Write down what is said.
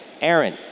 Aaron